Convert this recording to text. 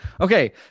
okay